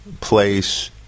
place